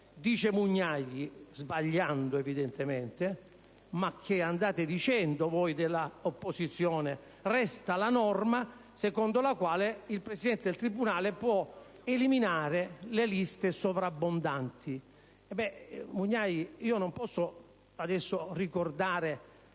Dice Mugnai, sbagliando evidentemente: ma che andate dicendo, voi dell'opposizione! Resta la norma secondo la quale il presidente del tribunale può eliminare le liste sovrabbondanti. Collega Mugnai, io non posso adesso ricordare